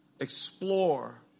explore